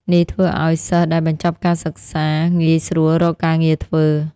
នេះធ្វើឱ្យសិស្សដែលបញ្ចប់ការសិក្សាងាយស្រួលរកការងារធ្វើ។